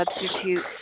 substitute